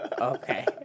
okay